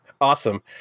Awesome